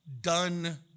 done